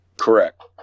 Correct